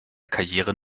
karriere